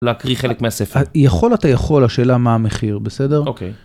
להקריא חלק מהספר יכול אתה יכול השאלה מה המחיר בסדר אוקיי.